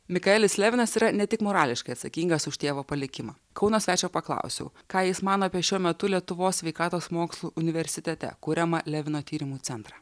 mikaelis levinas yra ne tik morališkai atsakingas už tėvo palikimą kauno svečio paklausiau ką jis mano apie šiuo metu lietuvos sveikatos mokslų universitete kuriamą levino tyrimų centrą